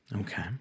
Okay